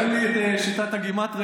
רגע, תן לי את שיטת הגימטרייה.